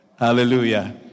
Hallelujah